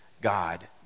God